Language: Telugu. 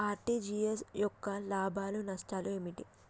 ఆర్.టి.జి.ఎస్ యొక్క లాభాలు నష్టాలు ఏమిటి?